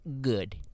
good